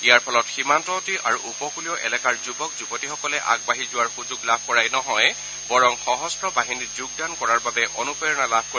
ইয়াৰ ফলত সীমান্তৱৰ্তী আৰু উপকূলীয় এলেকাৰ যুৱক যুৱতীসকলে আগবাঢ়ি যোৱাৰ সুযোগ লাভ কৰাই নহয় বৰং সশস্ত্ৰ বাহিনীত যোগদান কৰাৰ বাবে অনুপ্ৰেৰণা লাভ কৰিব